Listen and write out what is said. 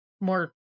more